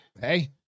Hey